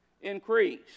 increase